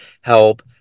help